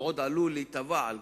הוא עוד עלול להיתבע על